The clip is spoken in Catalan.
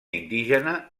indígena